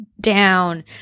down